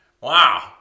Wow